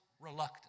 reluctant